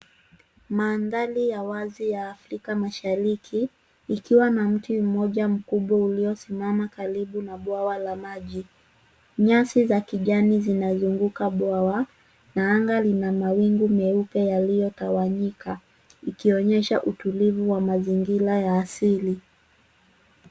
Mandhari ya wazi ya Afrika mashariki ikiwa na mti mmoja mkubwa uliosimama karibu na bwawa la maji. Nyasi za kijani zinazunguka bwawa na anga lina mawingu meupe yaliyotawanyika ikionyesha utulivu wa mazingira ya asili.